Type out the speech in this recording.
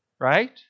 Right